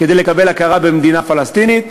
כדי לקבל הכרה כמדינה פלסטינית.